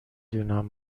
دونم